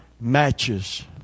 matches